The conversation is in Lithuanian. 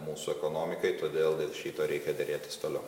mūsų ekonomikai todėl dėl šito reikia derėtis toliau